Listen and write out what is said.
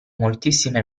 moltissime